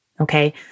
okay